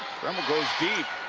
gremmel goes deep.